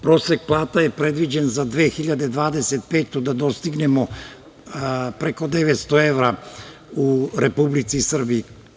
Prosek plate je predviđen za 2025. godinu da dostignemo preko 900 evra u Republici Srbiji.